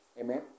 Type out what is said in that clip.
Amen